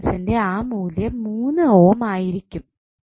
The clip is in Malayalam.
റെസിസ്റ്റൻസിന്റെ ആ മൂല്യം 3 ഓം ആയിരിക്കും